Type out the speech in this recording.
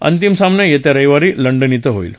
अंतिम सामना येत्या रविवारी लंडन शिं होईल